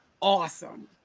awesome